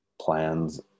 plans